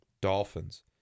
Dolphins